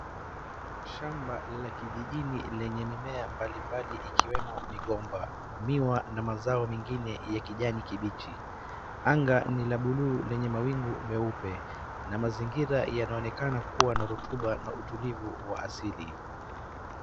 Shaaba la kijijini lenye mimea mbalimbali ikiwemo migomba, miwa na mazao mengine ya kijani kimbichi. Anga ni la bluu lenye mawingu meupe na mazingira yanaonekana kuwa na rutuba na utulivu wa asili.